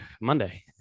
Monday